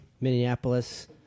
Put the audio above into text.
Minneapolis